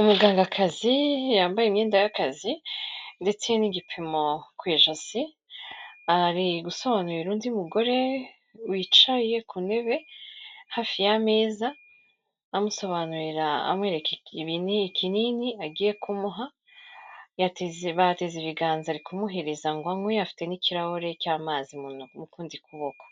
Umugangakazi yambaye imyenda y'akazi ndetse n'igipimo ku ijosi, ari gusobanurira undi mugore wicaye ku ntebe hafi y'ameza, amusobanurira amwereka ikinini agiye kumuha, yateze ibiganza ari kumuhereza ngo anywe, afite n'ikirahure cy'amazi mu kundi kuboko,